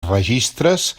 registres